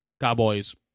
Cowboys